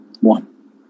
One